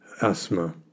asthma